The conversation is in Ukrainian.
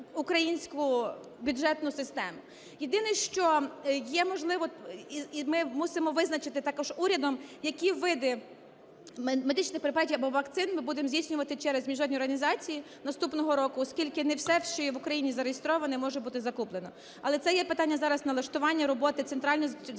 українську бюджетну систему. Єдине, що є можливо, і ми мусимо визначити також урядом, які види медичних препаратів або вакцин ми будемо здійснювати через міжнародні організації наступного року, оскільки не все ще в Україні зареєстроване і може бути закуплено. Але це є питання зараз налаштування роботи Централізованої